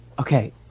okay